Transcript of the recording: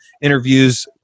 interviews